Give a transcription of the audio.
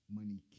money